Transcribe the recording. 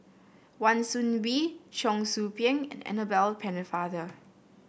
Wan Soon Bee Cheong Soo Pieng and Annabel Pennefather